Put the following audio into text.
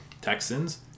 Texans